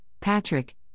Patrick